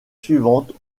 suivantes